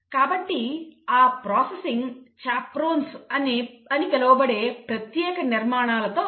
కాబట్టి ఆ processing chaperones అని పిలవబడే ప్రత్యేక నిర్మాణాలలో జరుగుతుంది